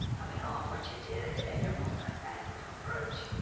i'm in awe of what you did and your multifaceted approach.